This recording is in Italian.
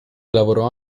lavorò